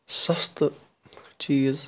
سَستہٕ چیٖز